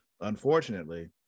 Unfortunately